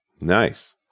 Nice